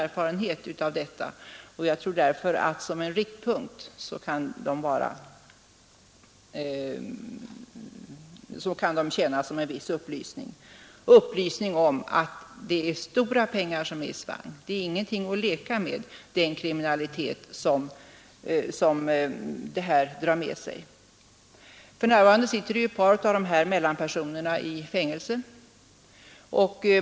Siffrorna kan därför säkert anföras som en riktpunkt, och de ger i varje fall upplysning om att det är stora pengar som här förtjänas svart. Den kriminalitet som narkotikahandeln drar med sig är sannerligen inget att leka med. För närvarande sitter ett par av mellanpersonerna i fängelse.